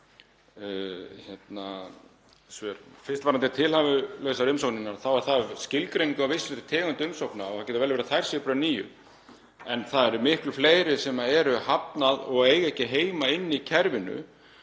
Fyrst varðandi tilhæfulausar umsóknir þá er það skilgreining á vissri tegund umsókna og það getur vel verið að þær séu bara níu. En það eru miklu fleiri sem er hafnað og eiga ekki heima í kerfinu.